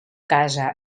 casa